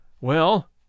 Well